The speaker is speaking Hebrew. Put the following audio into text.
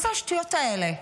מה זה השטויות האלה?